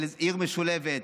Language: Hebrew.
כמובן, של עיר משולבת,